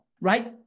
right